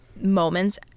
moments